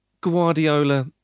Guardiola